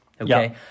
okay